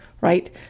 right